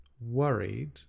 worried